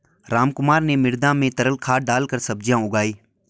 रामकुमार ने मृदा में तरल खाद डालकर सब्जियां उगाई